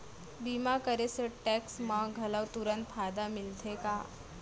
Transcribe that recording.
बीमा करे से टेक्स मा घलव तुरंत फायदा मिलथे का?